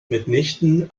mitnichten